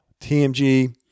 TMG